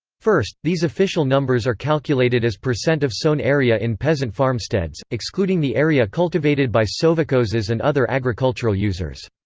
first, these official numbers are calculated as percent of sown area in peasant farmsteads, excluding the area cultivated by sovkhozes and other agricultural users.